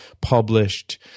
published